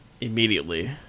immediately